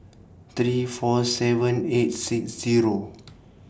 three four seven eight six Zero